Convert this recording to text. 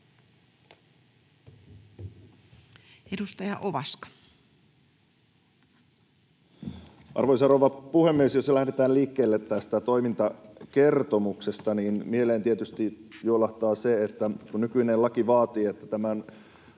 Content: Arvoisa rouva puhemies! Jos lähdetään liikkeelle tästä toimintakertomuksesta, niin mieleen tietysti juolahtaa se, että kun nykyinen laki vaatii, että tämä